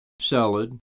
salad